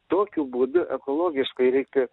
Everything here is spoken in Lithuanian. tokiu būdu ekologiškai reikia